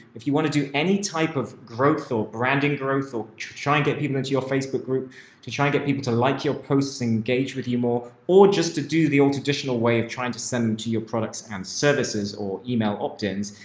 if you want to do any type of growth or branding growth or try and get people into your facebook group to try and get people to like your posts, engage with you more or just to do the old traditional way of trying to send them to your products and services or email opt-ins.